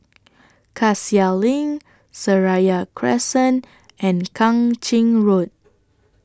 Cassia LINK Seraya Crescent and Kang Ching Road